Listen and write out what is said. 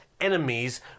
enemies